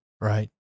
Right